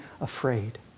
afraid